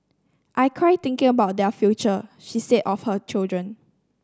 I cry thinking about their future she said of her children